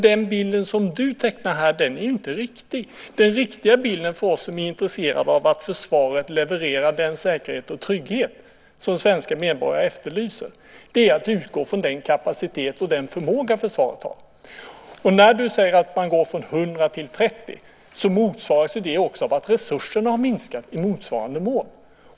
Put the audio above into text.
Den bild som du tecknar här är inte riktig. Den riktiga bilden för oss som är intresserade av att försvaret levererar den säkerhet och trygghet som svenska medborgare efterlyser är att utgå från den kapacitet och den förmåga försvaret har. När du säger att man går från 100 till 30 motsvaras det också av att resurserna har minskat i motsvarande mån.